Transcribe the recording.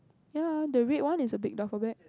ya the red one is a big duffel bag